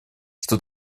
что